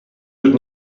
wird